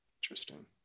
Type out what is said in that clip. Interesting